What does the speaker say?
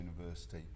university